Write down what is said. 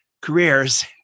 careers